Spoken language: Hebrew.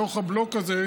בתוך הבלוק הזה,